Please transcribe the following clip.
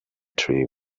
tree